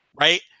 right